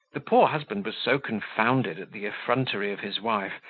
the poor husband was so confounded at the effrontery of his wife,